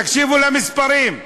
תקשיבו למספרים.